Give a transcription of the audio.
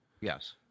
yes